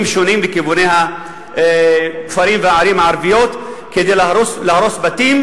שונים בכיווני הכפרים והערים הערביים כדי להרוס בתים